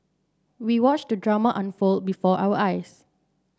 we watched the drama unfold before our eyes